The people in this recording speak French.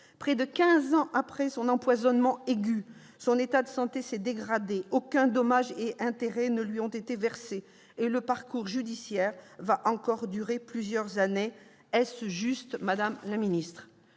Près de quinze ans après son empoisonnement aigu, son état de santé s'est dégradé. Aucuns dommages et intérêts ne lui ont été versés et son parcours judiciaire va encore durer plusieurs années. Est-ce juste, madame la ministre ?